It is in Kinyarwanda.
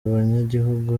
abanyagihugu